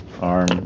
Arm